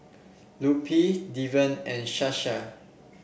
Lupe Deven and Sasha